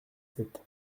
sept